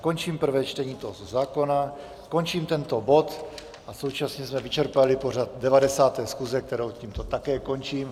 Končím prvé čtení tohoto zákona, končím tento bod a současně jsme vyčerpali pořad 90. schůze, kterou tímto také končím.